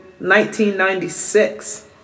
1996